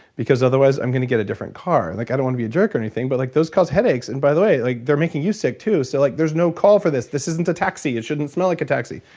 because otherwise i'm gonna get a different car. like i don't want to be a jerk or anything but like those cause headaches and by the way, like they're making you sick too. so like there's no call for this. this isn't a taxi, it shouldn't smell like a taxi.